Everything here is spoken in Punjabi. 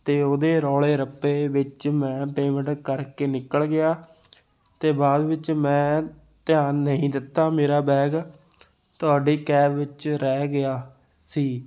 ਅਤੇ ਉਹਦੇ ਰੌਲੇ ਰੱਪੇ ਵਿੱਚ ਮੈਂ ਪੇਮੈਂਟ ਕਰਕੇ ਨਿਕਲ ਗਿਆ ਅਤੇ ਬਾਅਦ ਵਿੱਚ ਮੈਂ ਧਿਆਨ ਨਹੀਂ ਦਿੱਤਾ ਮੇਰਾ ਬੈਗ ਤੁਹਾਡੀ ਕੈਬ ਵਿੱਚ ਰਹਿ ਗਿਆ ਸੀ